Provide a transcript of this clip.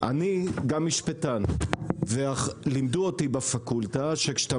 אני גם משפטן ולימדו אותי בפקולטה שכשאתה